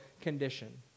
condition